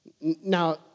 Now